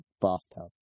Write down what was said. bathtub